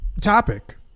topic